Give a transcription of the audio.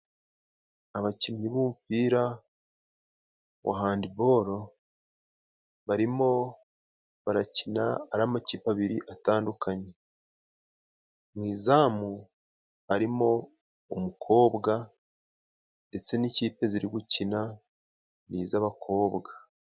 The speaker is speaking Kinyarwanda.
Abakinnyi b'umupira wa handibolo barimo barakina ari amakipe abiri atandukanye, mu izamu harimo umukobwa ndetse n'ikipe ziri gukina ni iz'abakobwa.